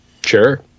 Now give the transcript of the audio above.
Sure